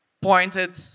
pointed